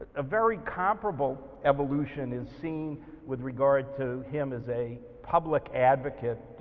a very comparable evolution is seen with regards to him as a public advocate,